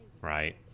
right